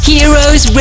Heroes